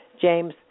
James